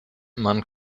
man